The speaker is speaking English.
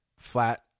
flat